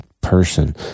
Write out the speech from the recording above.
person